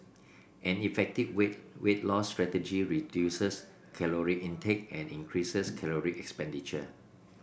an effective weight weight loss strategy reduces caloric intake and increases caloric expenditure